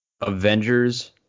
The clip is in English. Avengers